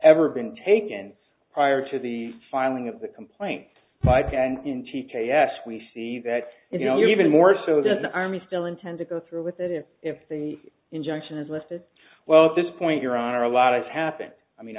ever been taken prior to the filing of the complaint by pan in t t s we see that you know even more so than the army still intend to go through with it if if the injunction is lifted well at this point your honor a lot of happened i mean